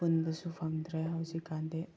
ꯄꯨꯟꯕꯁꯨ ꯐꯪꯗ꯭ꯔꯦ ꯍꯧꯖꯤꯛꯀꯥꯟꯗꯤ